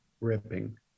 ripping